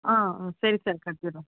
ஆ ஆ சரி சார் கட்டிடறோம்